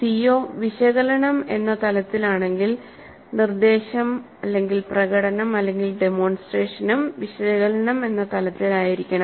CO വിശകലനം എന്ന തലത്തിലാണെങ്കിൽ നിർദ്ദേശം പ്രകടനം ഡെമോൺസ്ട്രേഷനും വിശകലനം എന്ന തലത്തിലായിരിക്കണം